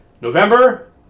November